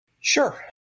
Sure